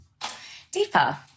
Deepa